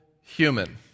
human